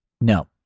No